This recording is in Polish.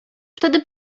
wtedy